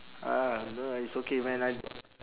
uh no it's okay man I